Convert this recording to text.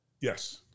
Yes